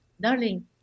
Darling